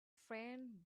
friend